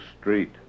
street